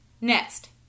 next